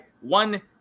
one